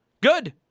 good